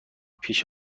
پیش